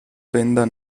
benda